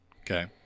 okay